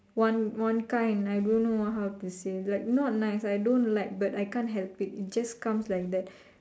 one one kind I don't know how to say like not nice I don't like but I can't help it it just comes like that